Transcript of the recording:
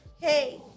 hey